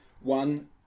One